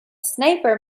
sniper